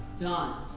done